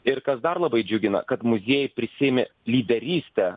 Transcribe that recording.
ir kas dar labai džiugina kad muziejai prisiėmė lyderystę